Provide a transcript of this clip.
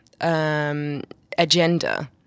Agenda